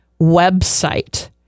website